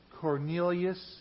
Cornelius